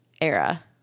era